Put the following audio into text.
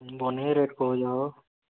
ବନାଇ ରେଟ୍ କହିଲ ହୋ